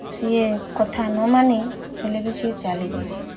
ସିଏ କଥା ନ ମାନି ହେଲେ ବି ସେ ଚାଲି ଯାଇଛି